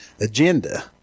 agenda